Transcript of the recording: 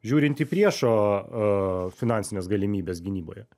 žiūrint į priešo finansines galimybes gynyboje